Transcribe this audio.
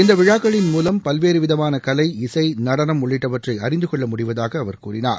இந்த விழாக்களின் மூலம் பல்வேறு விதமான கலை இசை நடனம் உள்ளிட்டவற்றை அறிந்து கொள்ள முடிவதாக அவர் கூறினார்